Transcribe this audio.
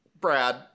Brad